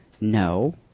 No